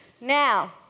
Now